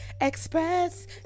express